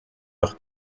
leur